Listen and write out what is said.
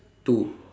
two